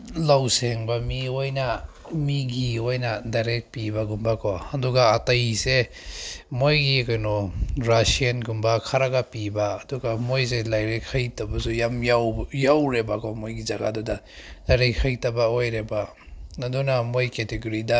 ꯂꯧ ꯁꯦꯡꯕ ꯃꯤꯑꯣꯏꯅ ꯃꯤꯒꯤ ꯑꯣꯏꯅ ꯗꯥꯏꯔꯦꯛ ꯄꯤꯕꯒꯨꯝꯕꯀꯣ ꯑꯗꯨꯒ ꯑꯇꯩꯁꯦ ꯃꯣꯏꯒꯤ ꯀꯩꯅꯣ ꯔꯁꯤꯌꯟꯒꯨꯝꯕ ꯈꯔꯒ ꯄꯤꯕ ꯑꯗꯨꯒ ꯃꯣꯏꯁꯦ ꯂꯥꯏꯔꯤꯛ ꯍꯩꯇꯕꯁꯨ ꯌꯥꯝ ꯌꯥꯎꯔꯦꯕꯀꯣ ꯃꯣꯏꯒꯤ ꯖꯒꯥꯗꯨꯗ ꯂꯥꯏꯔꯤꯛ ꯍꯩꯇꯕ ꯑꯣꯏꯔꯦꯕ ꯑꯗꯨꯅ ꯃꯣꯏ ꯀꯦꯇꯦꯒꯣꯔꯤꯗ